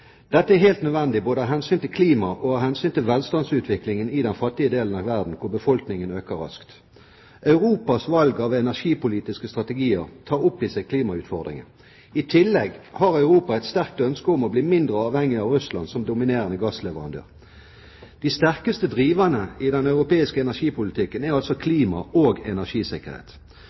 Dette er helt nødvendig både av hensyn til klimaet og av hensyn til velstandsutviklingen i den fattige delen av verden, hvor befolkningen øker raskt. Europas valg av energipolitiske strategier tar opp i seg klimautfordringene. I tillegg har Europa et sterkt ønske om å bli mindre avhengig av Russland som dominerende gassleverandør. De sterkeste driverne i den europeiske energipolitikken er altså klima og energisikkerhet.